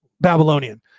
Babylonian